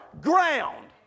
ground